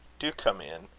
do come in.